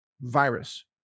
virus